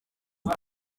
ngo